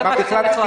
זה מה שצריך לעשות.